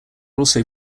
also